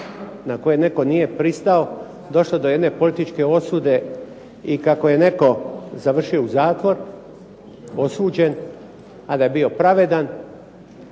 na koje netko nije pristao došlo do jedne političke osude i kako je netko završio u zatvoru osuđen, a da je bio pravedan.